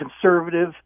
conservative